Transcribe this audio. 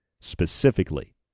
specifically